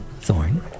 Thorn